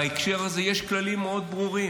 בהקשר הזה יש כללים מאוד ברורים,